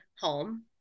home